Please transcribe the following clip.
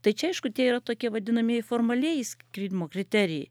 tai čia aišku tie yra tokie vadinamieji formalieji skyrimo kriterijai